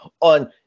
on